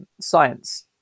science